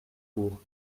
cours